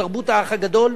תרבות "האח הגדול"?